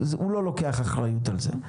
הוא לא לוקח אחריות על זה.